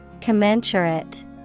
Commensurate